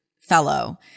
fellow